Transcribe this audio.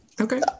Okay